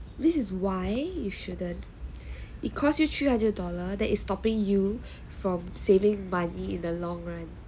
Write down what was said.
this is why you shouldn't it cost you three hundred dollar that is stopping you from saving money in the long run